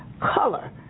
color